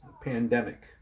pandemic